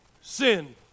Sin